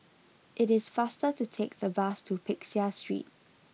It is faster to take the bus to Peck Seah Street